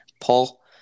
Paul